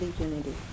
unity